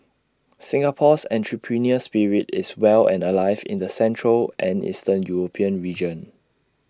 Singapore's entrepreneurial spirit is well and alive in the central and eastern european region